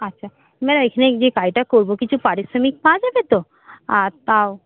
আচ্ছা ম্যাম এখানে যে কাজটা করবো কিছু পারিশ্রমিক পাওয়া যাবে তো আর তাও